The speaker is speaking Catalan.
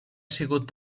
sigut